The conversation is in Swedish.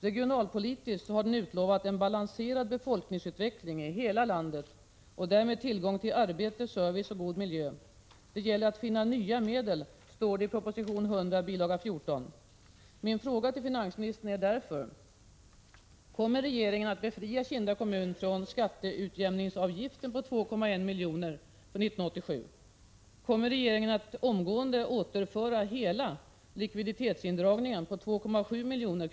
Regionalpolitiskt har regeringen utlovat en balanserad befolkningsutveckling— och därmed tillgång till arbete, service och god miljö —i hela landet. Det gäller att finna nya medel, står det i proposition 100, bil. 14. Jag vill därför fråga finansministern: Kommer regeringen att omgående återföra hela likviditetsindragningen på 2,7 miljoner?